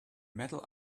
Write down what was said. metal